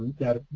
that,